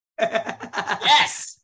Yes